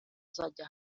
azajya